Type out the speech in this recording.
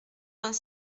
vingt